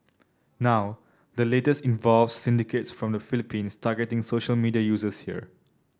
now the latest involves syndicates from the Philippines targeting social media users here